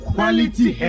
Quality